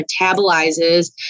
metabolizes